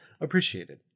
appreciated